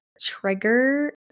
trigger